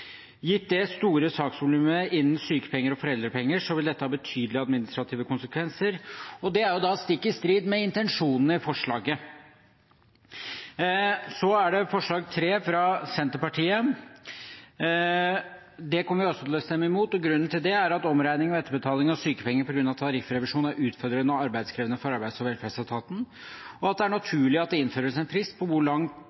Gitt det store saksvolumet innen sykepenger og foreldrepenger vil dette ha betydelige administrative konsekvenser, og det er da stikk i strid med intensjonen i forslaget. Så er det forslag nr. 3, fra Senterpartiet. Det kommer vi også til å stemme imot. Grunnen til det er at omregning ved etterbetaling av sykepenger på grunn av tariffrevisjon er utfordrende og arbeidskrevende for arbeids- og velferdsetaten, og at det er